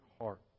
heart